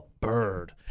bird